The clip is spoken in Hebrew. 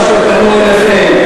כמו שפנו אליכם,